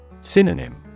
Synonym